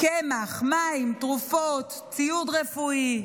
קמח, מים, תרופות, ציוד רפואי,